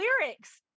lyrics